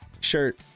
shirt